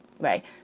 right